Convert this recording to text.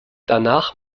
danach